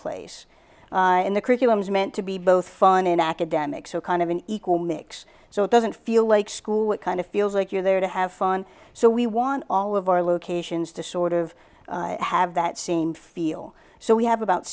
place in the curriculum is meant to be both fun and academic so kind of an equal mix so it doesn't feel like school what kind of feels like you're there to have fun so we want all of our locations to sort of have that same feel so we have about